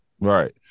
Right